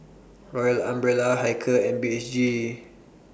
Royal Umbrella Hilker and B H G